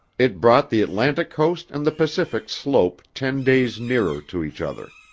it brought the atlantic coast and the pacific slope ten days nearer to each other.